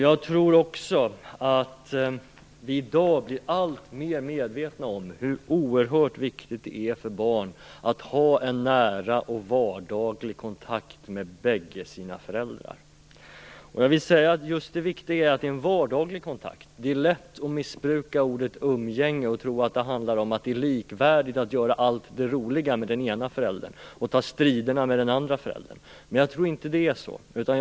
Jag tror att vi i dag blir alltmer medvetna om hur oerhört viktigt det är för barn att ha en nära och vardaglig kontakt med bägge sina föräldrar. Det viktiga är just att det är en vardaglig kontakt. Det är lätt att missbruka ordet umgänge och tro att det handlar om att det är likvärdigt att barnet gör allt det roliga med den ena föräldern och tar striderna med den andra. Men jag tror inte att det är så.